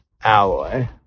alloy